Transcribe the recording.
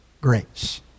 grace